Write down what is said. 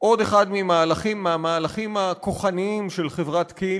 עוד אחד מהמהלכים הכוחניים של חברת כי"ל,